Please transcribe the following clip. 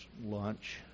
lunch